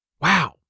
Wow